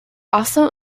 also